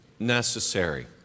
Necessary